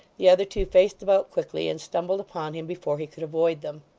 the other two faced about quickly, and stumbled upon him before he could avoid them.